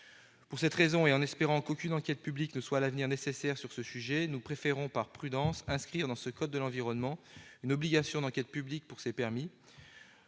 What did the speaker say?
Pour cette raison, en espérant qu'aucune enquête publique ne soit à l'avenir nécessaire sur ce sujet, nous préférons, par prudence, inscrire dans le code de l'environnement une obligation de mener une enquête publique pour l'octroi